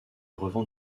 revend